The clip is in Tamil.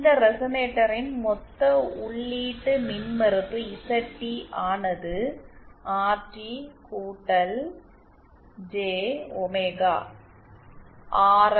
இந்த ரெசனேட்டரின் மொத்த உள்ளீட்டு மின்மறுப்பு ZT ஆனது RT J ஒமேகா ஆர்